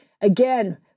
Again